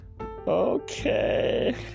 Okay